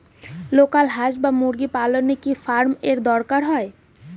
Local হাস বা মুরগি পালনে কি ফার্ম এর দরকার হয়?